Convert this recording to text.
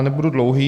Nebudu dlouhý.